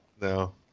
No